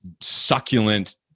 succulent